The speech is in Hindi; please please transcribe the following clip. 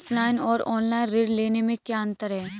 ऑफलाइन और ऑनलाइन ऋण लेने में क्या अंतर है?